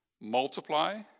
multiply